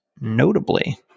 notably-